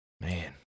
Man